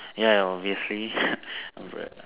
ya obviously umbrella